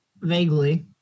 Vaguely